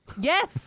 Yes